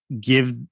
give